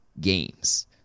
games